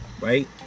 right